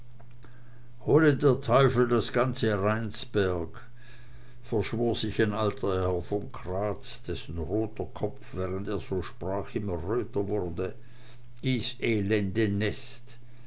hole der teufel das ganze rheinsberg verschwor sich ein alter herr von kraatz dessen roter kopf während er so sprach immer röter wurde dies elende nest